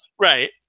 Right